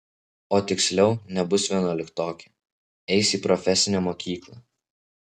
o tiksliau nebus vienuoliktokė eis į profesinę mokyklą